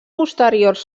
posteriors